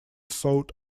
south